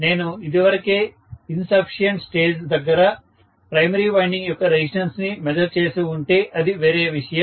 నేను ఇది వరకే ఇన్సఫిషియెంట్ స్టేజి దగ్గర ప్రైమరీ వైండింగ్ యొక్క రెసిస్టెన్స్ ని మెజర్ చేసి ఉంటే అది వేరే విషయం